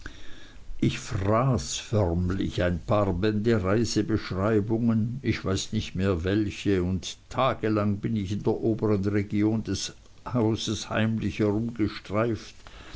ich fraß förmlich ein paar bände reisebeschreibungen ich weiß nicht mehr welche und tagelang bin ich in der obern region des hauses heimlich